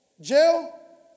Jail